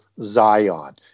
Zion